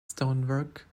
stonework